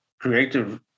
creative